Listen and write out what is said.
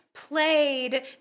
played